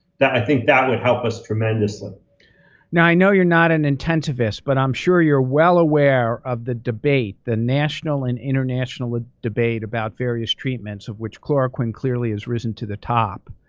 that i think that would help us tremendously. now i know you're not an intensivist, but i'm sure you're well aware of the debate, the national and international debate, about various treatments, of which chloroquine clearly has risen to the top.